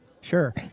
Sure